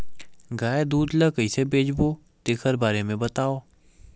गाय दूध ल कइसे बेचबो तेखर बारे में बताओ?